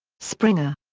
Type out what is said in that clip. springer.